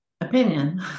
opinion